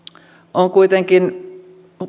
on kuitenkin